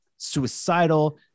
suicidal